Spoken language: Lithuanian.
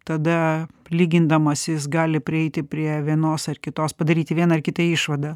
tada lygindamas jis gali prieiti prie vienos ar kitos padaryti vieną ar kitą išvadą